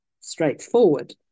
straightforward